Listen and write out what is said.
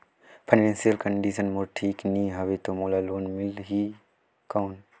Financial condition मोर ठीक नी हवे तो मोला लोन मिल ही कौन??